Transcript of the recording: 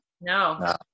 no